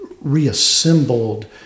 reassembled